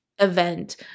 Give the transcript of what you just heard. event